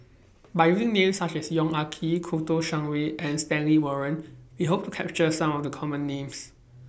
By using Names such as Yong Ah Kee Kouo Shang Wei and Stanley Warren We Hope to capture Some of The Common Names